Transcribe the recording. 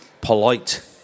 polite